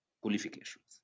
qualifications